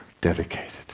dedicated